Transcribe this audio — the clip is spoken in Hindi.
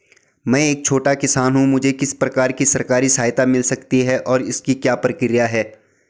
मैं एक छोटा किसान हूँ मुझे किस प्रकार की सरकारी सहायता मिल सकती है और इसकी क्या प्रक्रिया है?